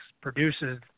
produces